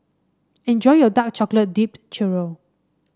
enjoy your Dark Chocolate Dipped Churro